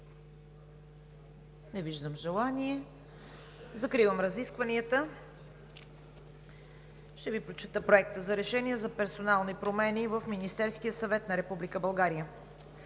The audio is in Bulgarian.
Не виждам желание. Закривам разискванията. Ще Ви прочета „Проект! РЕШЕНИЕ за персонални промени в Министерския съвет на Република България